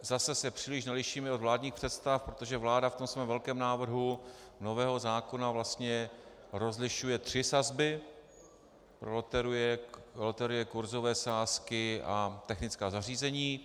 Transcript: Zase se příliš nelišíme od vládních představ, protože vláda ve svém velkém návrhu nového zákona vlastně rozlišuje tři sazby loterie, kurzové sázky a technická zařízení.